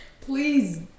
Please